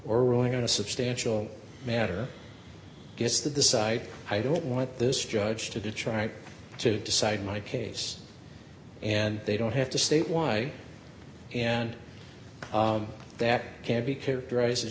ruling on a substantial matter gets the decide i don't want this judge to do try to decide my case and they don't have to state why and that can be characterized as